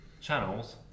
channels